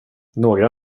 några